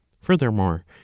Furthermore